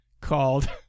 called